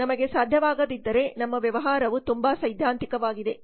ನಮಗೆ ಸಾಧ್ಯವಾಗದಿದ್ದರೆ ನಮ್ಮ ವ್ಯವಹಾರವು ತುಂಬಾ ಸೈದ್ಧಾಂತಿಕವಾಗಿದೆ